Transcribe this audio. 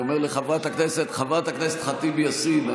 חברת הכנסת ח'טיב יאסין,